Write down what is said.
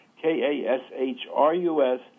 K-A-S-H-R-U-S